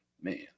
man